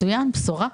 מצוין, בשורה.